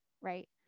right